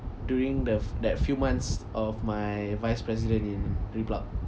during the that few months of my vice president in replug